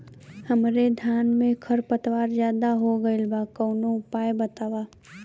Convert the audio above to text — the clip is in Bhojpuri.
हमरे धान में खर पतवार ज्यादे हो गइल बा कवनो उपाय बतावा?